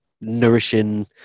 nourishing